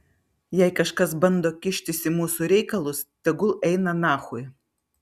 jei kažkas bando kištis į mūsų reikalus tegul eina nachui